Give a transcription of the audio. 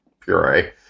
puree